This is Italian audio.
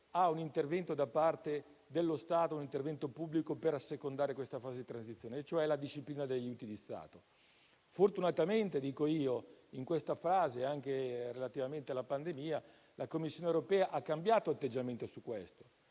a un intervento pubblico dello Stato per assecondare questa fase di transizione, cioè la disciplina degli aiuti di Stato. Fortunatamente - dico io - in questa fase, anche relativamente alla pandemia, la Commissione europea ha cambiato atteggiamento su questo.